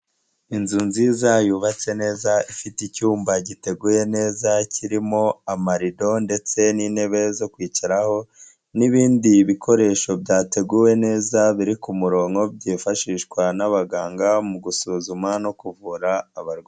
Inzu nziza yubatse neza, ifite icyuma giteguye neza kirimo amarido ndetse n'intebe zo kwicaraho n'ibindi bikoresho byateguwe neza biri ku murongo byifashishwa n'abaganga mu gusuzuma no kuvura abarwayi.